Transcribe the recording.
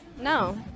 No